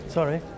Sorry